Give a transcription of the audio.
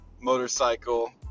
motorcycle